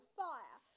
fire